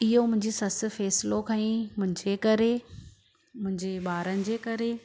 इहो मुंहिंजी ससु फैसलो खईं मुंहिंजे करे मुंहिंजे ॿारनि जे करे